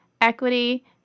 equity